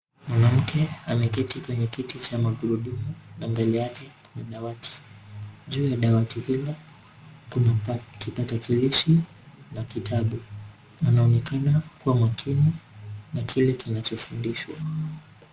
Mwanamke ameketi kwenye kiti cha magurudumu na mbele yake kuna dawati. Juu ya dawati hilo kuna kipatakilishi na kitabu anaonekana kuwa makini na kile kinachofundishwa.